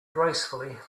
gracefully